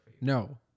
No